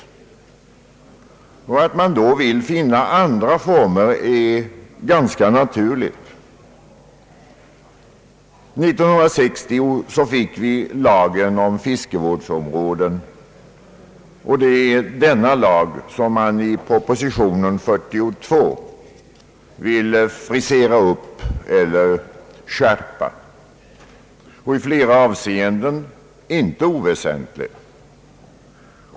Att man då vill finna andra former är ganska naturligt. År 1960 fick vi lagen om fiskevårdsområden. Det är denna lag som man i proposition nr 42 vill skärpa i flera avseenden, inte oväsentliga.